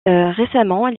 récemment